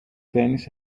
tennis